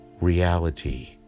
reality